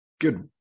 Good